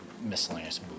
miscellaneous